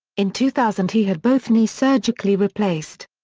in two thousand he had both knees surgically replaced.